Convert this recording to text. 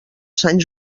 sant